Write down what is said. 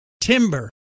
Timber